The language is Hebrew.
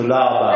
תודה, תודה רבה.